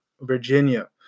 Virginia